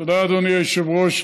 תודה, אדוני היושב-ראש.